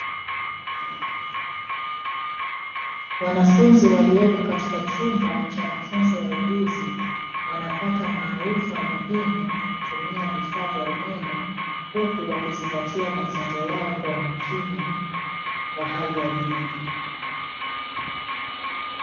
Wanafunzi waliopo katika chumba cha mafunzo ya ujuzi, wanapata maarifa muhimu kwa kutumia vifaa vya umeme. Huku wakizangatia mafunzo yao kwa umakini wa hali ya juu.